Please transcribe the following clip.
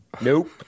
Nope